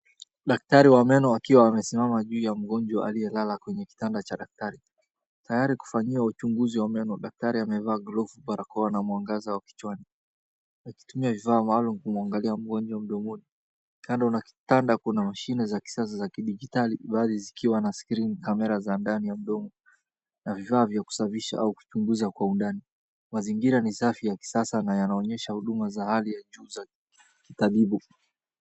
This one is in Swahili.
Daktari wa meno akiwa amesmama juu ya mgonjwa aliyelala kwenye kitanda cha daktari, tayari kufanyiwa uchunguzi wa meno, daktari amevaa glovu, barakoa na mwangaza wa kichwani. Akitumia vifaa malum kumwangalia mgonjwa mdomonI. Kando na kitanda kuna mashine za kisasa za kijiditali bali zikiwa na skrini, kamera za ndani ya mdomo na vifaa vya kusafisha au kuchunguza kwa undani. Mazingira ni safi na ya kisasa na yanaonyesha huduma za hali ya juu za kitabibu.